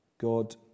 God